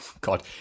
God